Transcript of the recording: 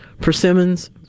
persimmons